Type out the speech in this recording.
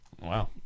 Wow